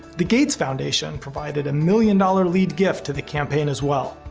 the gates foundation provided a million dollar lead gift to the campaign as well.